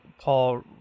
Paul